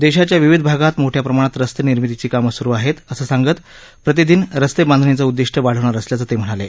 देशाच्या विविध भागात मोठ्या प्रमाणात रस्ते निर्मितीची कामं स्रु आहेत असं सांगत प्रतिदिन रस्ते बांधणीचं उद्दिष्ट वाढवणार असल्याचं ते म्हणाले